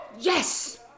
Yes